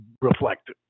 reflect